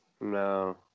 No